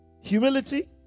humility